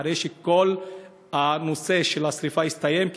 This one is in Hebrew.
אחרי שכל העניין של השרפה הסתיים,